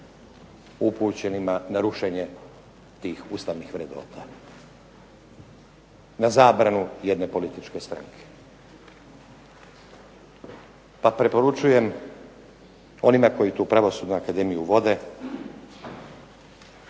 upućenima na rušenje tih ustavnih vrednota, na zabranu jedne političke stranke. Pa preporučujem onima koji tu Pravosudna akademiju vode